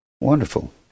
Wonderful